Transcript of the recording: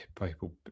people